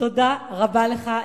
תודה רבה לך,